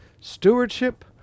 stewardship